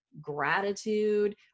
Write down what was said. gratitude